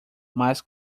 mais